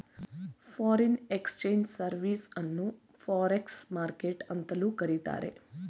foreign exchange service ಅನ್ನು forex market ಅಂತಲೂ ಕರಿತಾರೆ